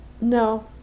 No